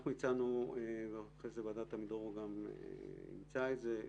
הצענו, ואחרי זה ועדת עמידרור גם אימצה את זה,